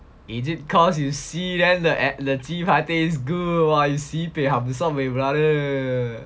is it cause you see then the 鸡扒 taste good !wah! you sibei humsum leh brother